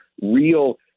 real